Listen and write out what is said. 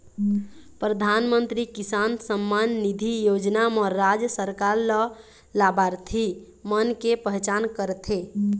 परधानमंतरी किसान सम्मान निधि योजना म राज सरकार ल लाभार्थी मन के पहचान करथे